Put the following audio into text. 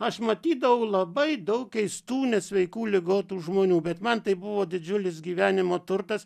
aš matydavau labai daug keistų nesveikų ligotų žmonių bet man tai buvo didžiulis gyvenimo turtas